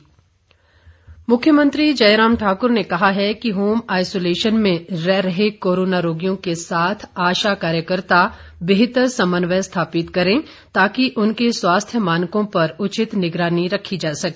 जयराम मुख्यमंत्री जयराम ठाक्र ने कहा है कि होम आईसोलेशन में रह रहे कोरोना रोगियों के साथ आशा कार्यकर्ता बेहतर समन्वय स्थापित करें ताकि उनके स्वास्थ्य मानकों पर उचित निगरानी रखी जा सके